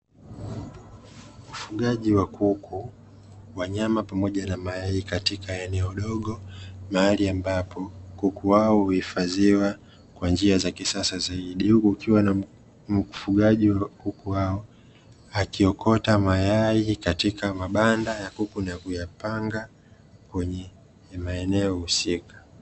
Ufugaji wa kuku wa nyama pamoja na mayai katika eneo dogo. Mahali ambapo kuku hao huifadhiwa kwa njia za kisasa zaidi. Huku kukiwa na mfugaji wa kuku hao akiokota mayai katika mabanda ya kuku na kuyapanga kwenye maeneo husika.